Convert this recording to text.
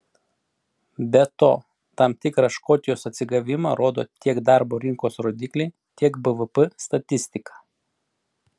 be to tam tikrą škotijos atsigavimą rodo tiek darbo rinkos rodikliai tiek bvp statistika